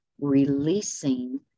releasing